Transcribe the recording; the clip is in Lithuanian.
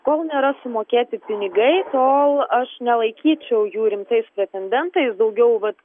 kol nėra sumokėti pinigai tol aš nelaikyčiau jų rimtais pretendentais daugiau vat